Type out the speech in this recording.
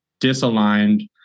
disaligned